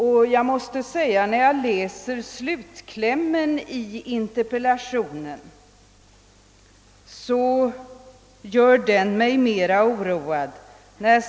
När jag sedan läser slutklämmen i interpellationssvaret blir jag ännu mer oroad.